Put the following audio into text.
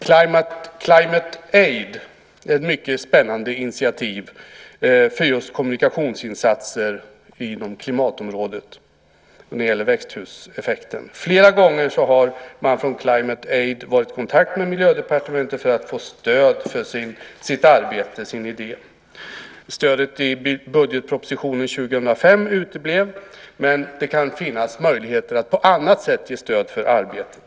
Climate Aid är ett mycket spännande initiativ för just kommunikationsinsatser inom klimatområdet och när det gäller växthuseffekten. Flera gånger har man från Climate Aid varit i kontakt med Miljödepartementet för att få stöd för sitt arbete och sin idé. Stödet i budgetpropositionen 2005 uteblev, men det kan finnas möjligheter att på annat sätt ge stöd för arbetet.